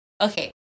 okay